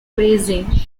grazing